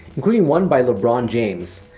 including one by lebron james.